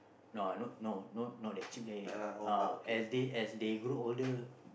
no I don't know no not that cheap leh uh as they as they grow older